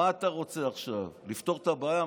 מה אתה רוצה עכשיו, לפתור את הבעיה?